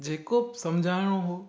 जे को बि समुझाइणो हुओ